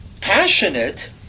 passionate